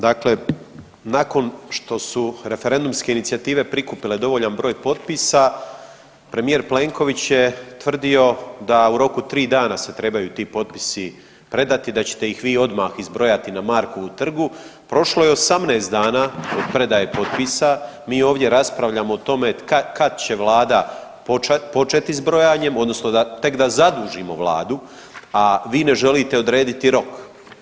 Dakle, nakon što su referendumske inicijative prikupile dovoljan broj potpisa premijer Plenković je tvrdio da u roku 3 dana se trebaju ti potpisi predati i da ćete ih vi odmah izbrojati na Markovu trgu, prošlo je 18 dana od predaje potpisa, mi ovdje raspravljamo o tome kad će vlada početi s brojanjem odnosno da tek da zadužimo vladu, a vi ne želite odrediti rok.